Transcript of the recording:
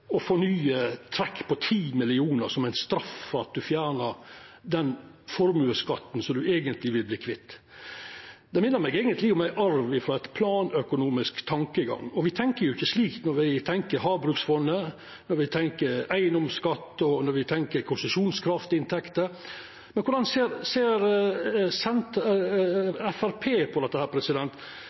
trekk på 10 mill. kr som straff for at ein fjerna den formuesskatten ein eigentleg vil verta kvitt. Det minner meg eigentleg om ein arv frå ein planøkonomisk tankegang. Me tenkjer jo ikkje slik når me tenkjer på Havbruksfondet, når me tenkjer på eigedomsskatt, og når me tenkjer på konsesjonskraftinntekter. Korleis ser Framstegspartiet på dette